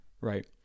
right